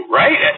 right